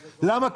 למה?